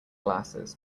glasses